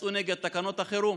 יצאו נגד תקנות החירום,